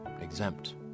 exempt